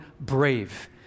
brave